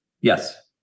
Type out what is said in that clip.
Yes